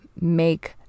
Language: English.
make